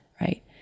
right